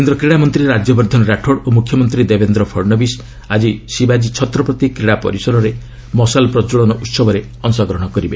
କେନ୍ଦ୍ର କ୍ରୀଡ଼ାମନ୍ତ୍ରୀ ରାଜ୍ୟବର୍ଦ୍ଧନ ରାଠୋଡ୍ ଓ ମୁଖ୍ୟମନ୍ତ୍ରୀ ଦେବେନ୍ଦ୍ର ଫଡ଼ନାବିଶ୍ ଆଜି ଶିବାଜୀ ଛତ୍ରପତି କ୍ରୀଡ଼ା ପରିସରରେ ମଶାଲ୍ ପ୍ରଜ୍ୱଳନ ଉତ୍ସବରେ ଅଶଗ୍ରହଣ କରିବେ